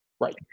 Right